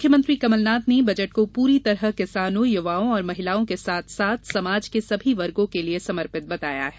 मुख्यमंत्री कमलनाथ ने बजट को पूरी तरह किसानों युवाओं और महिलाओं के साथ साथ समाज के सभी वर्गों के लिए समर्पित बताया है